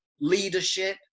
leadership